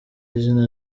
izina